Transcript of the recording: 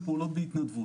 זה פעולות בהתנדבות.